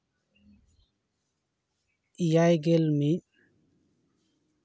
ᱮᱭᱟᱭᱜᱮᱞ ᱢᱤᱫ